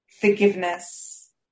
forgiveness